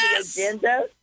agenda